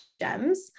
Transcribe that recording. gems